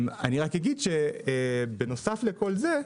אני רק אגיד, שבנוסף לכל זה,